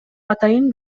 атайын